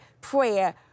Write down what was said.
prayer